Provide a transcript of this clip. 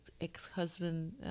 ex-husband